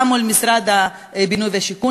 גם מול משרד הבינוי והשיכון,